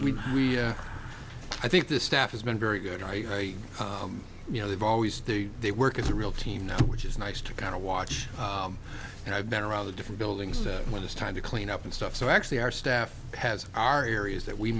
we i think the staff has been very good i you know they've always they they work it's a real team now which is nice to kind of watch and i've been around the different buildings where there's time to clean up and stuff so actually our staff has our areas that we